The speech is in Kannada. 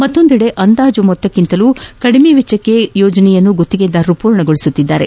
ಮತ್ತೊಂದೆಡೆ ಅಂದಾಜು ಮೊತ್ತಕ್ಕಿಂತಲೂ ಕಡಿಮೆ ವೆಚ್ಚಕ್ಕೆ ಯೋಜನೆಯನ್ನು ಗುತ್ತಿಗೆದಾರರು ಪೂರ್ಣಗೊಳಿಸುತ್ತಿದ್ದಾರೆ